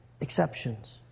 exceptions